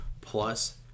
Plus